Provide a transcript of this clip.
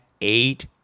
eight